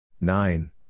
Nine